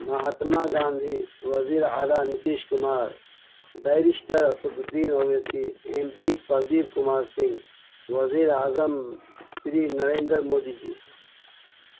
مہاتما گاندھی وزیر آعلیٰ Nitish Kumar barrister Asaduddin Owaisi M P Pradeep Kumar Singh وزیر اعظم سری نرندر مودی جی